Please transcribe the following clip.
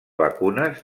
vacunes